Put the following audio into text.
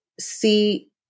see